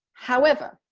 however,